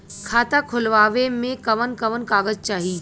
खाता खोलवावे में कवन कवन कागज चाही?